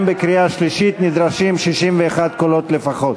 גם בקריאה שלישית נדרשים 61 קולות לפחות.